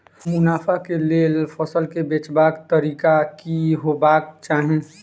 मुनाफा केँ लेल फसल केँ बेचबाक तरीका की हेबाक चाहि?